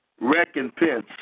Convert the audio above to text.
recompense